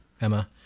Emma